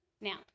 Now